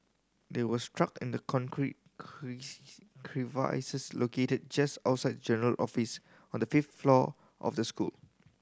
they were struck in the concrete crevices located just outside general office on the fifth floor of the school